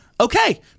okay